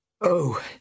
Oh